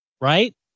right